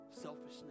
Selfishness